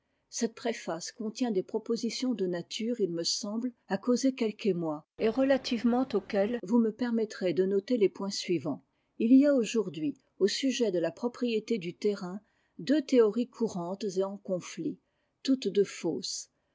cette préface contient des propositions de nature h me semble à causer quelque émoi et relativement auxquelles vous me permettrez de noter les points suivants il y a aujourd'hui au sujet de la propriété du terrain deux théories courantes et en conflit toutes deux fausses